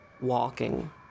walking